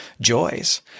joys